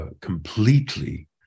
completely